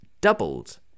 doubled